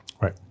Right